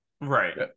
Right